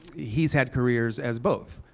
he's had careers as both.